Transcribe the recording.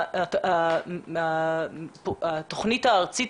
התוכנית הארצית,